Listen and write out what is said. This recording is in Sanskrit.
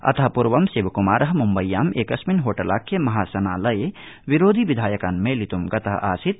अत पूर्व शिवक्मार मुम्बय्याम् एकस्मिन् होटलाख्ये महाशनालये विरोधि विधायकान् मेलित्ं गत आसीत्